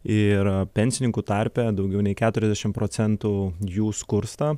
ir pensininkų tarpe daugiau nei keturiasdešim procentų jų skursta